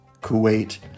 Kuwait